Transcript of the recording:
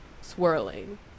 swirling